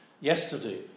yesterday